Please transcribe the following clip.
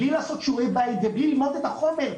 בלי לעשות שיעורי בית ובלי ללמוד את החומר.